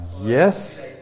Yes